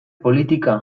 politikan